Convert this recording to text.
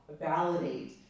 validate